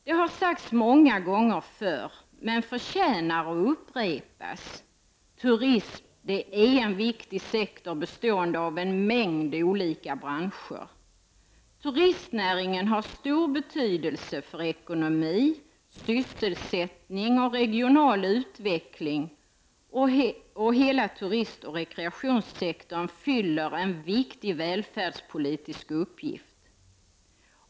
Det har sagts många gånger förr, men det förtjänar att upprepas: Turism är en viktig sektor bestående av en mängd olika branscher. Turistnäringen har stor betydelse för ekonomi, sysselsättning och regional utveckling, och hela turistoch rekreationssektorn fyller en viktig välfärdspolitisk uppgift.